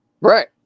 Right